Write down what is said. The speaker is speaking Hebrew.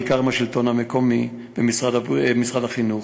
בעיקר עם השלטון המקומי ומשרד החינוך.